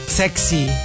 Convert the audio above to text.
sexy